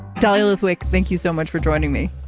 dahlia lithwick thank you so much for joining me.